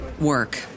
work